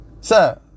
Sir